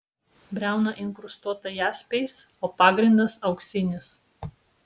briauna inkrustuota jaspiais o pagrindas auksinis